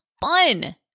fun